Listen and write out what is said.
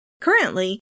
Currently